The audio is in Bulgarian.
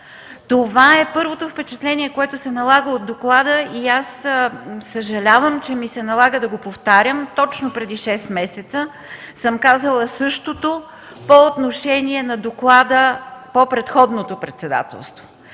Това е първото впечатление, което се налага от доклада и съжалявам, че ми се налага да го повтарям. Точно преди шест месеца съм казала същото по отношение на доклада по предходното председателство.